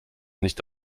nicht